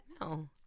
No